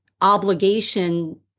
obligation